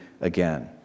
again